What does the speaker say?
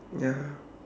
ya